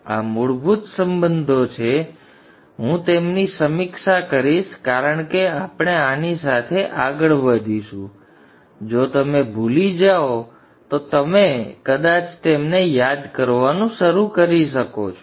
તેથી આ મૂળભૂત સંબંધો છે હું તેમની સમીક્ષા કરીશ કારણ કે આપણે આની સાથે આગળ વધીશું જો તમે ભૂલી જાઓ તો તમે કદાચ તેમને યાદ કરવાનું શરૂ કરી શકો છો